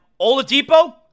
Oladipo